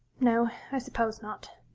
no, i suppose not.